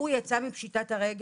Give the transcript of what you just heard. מה שקרה זה שהוא יצא מפשיטת הרגל,